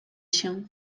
się